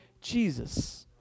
Jesus